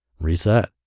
reset